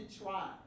try